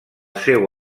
seu